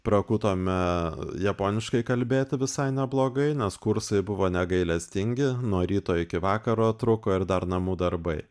prakutome japoniškai kalbėti visai neblogai nes kursai buvo negailestingi nuo ryto iki vakaro truko ir dar namų darbai